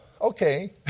Okay